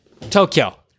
Tokyo